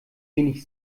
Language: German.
wenig